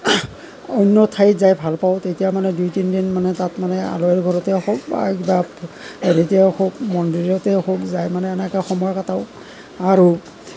অন্য ঠাইত যাই ভালপাওঁ তেতিয়া মানে দুই তিনিদিন মানে তাত মানে আলহিৰ ঘৰতে হওক বা মন্দিৰতে হওক যাই মানে এনেকৈ সময় কটাও আৰু